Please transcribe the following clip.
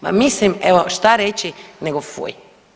Pa mislim evo šta reći nego fuj!